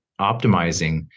optimizing